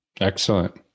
Excellent